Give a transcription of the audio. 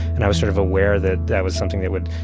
and i was sort of aware that that was something that would,